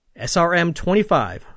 SRM-25